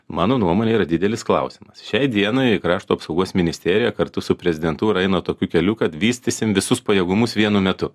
mano nuomone yra didelis klausimas šiai dienai krašto apsaugos ministerija kartu su prezidentūra eina tokiu keliu kad vystysim visus pajėgumus vienu metu